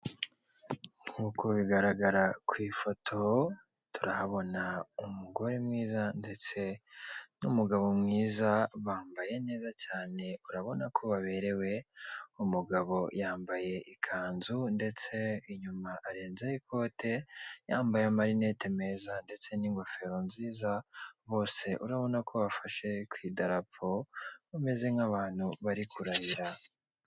Nk'uko bigaragara ku ifoto, turahabona umugore mwiza ndetse n'umugabo mwiza bambaye neza cyane urabona ko baberewe, umugabo yambaye ikanzu ndetse inyuma arenzaho ikote, yambaye amarinete meza ndetse n'ingofero nziza, bose urabona ko bafashe ku idarapo bameze nk'abantu bari kurahira.